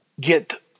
get